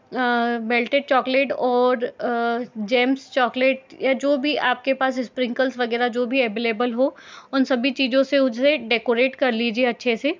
melted chocolate और jams chocolate या जो भी आपके पास स्प्रिंकल्स वगैरह जो भी अवेलेबल हो उन सभी चीज़ों से उसे डेकोरेट कर लीजिए अच्छे से